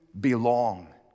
belong